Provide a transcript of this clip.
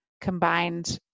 combined